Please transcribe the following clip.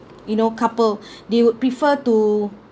you know couple they would prefer to